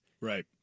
Right